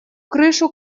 крышу